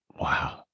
wow